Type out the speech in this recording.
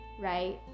right